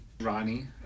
Ronnie